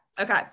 okay